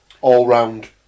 all-round